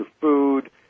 food